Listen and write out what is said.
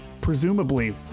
presumably